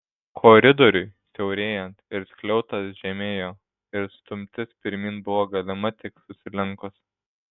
koridoriui siaurėjant ir skliautas žemėjo ir stumtis pirmyn buvo galima tik susilenkus